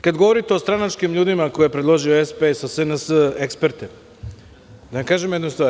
Kada govorite o stranačkim ljudima koje je predložio SPS, SNS eksperte, da vam kažem jednu stvar.